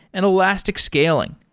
and elastic scaling.